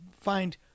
find